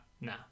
nah